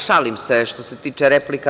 Šalim se što se tiče replika.